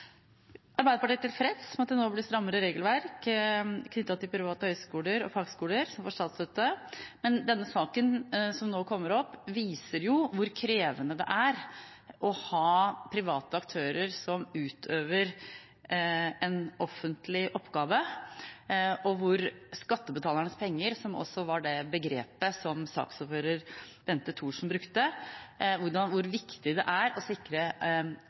Arbeiderpartiet er tilfreds med at det nå blir strammere regelverk knyttet til private høyskoler og fagskoler som får statsstøtte. Denne saken som nå kommer opp, viser jo hvor krevende det er å ha private aktører som utøver en offentlig oppgave, og hvor viktig det er å sikre at skattebetalernes penger – som også var det begrepet saksordfører Bente Thorsen brukte – brukes på utdanning, men hvor vanskelig det er å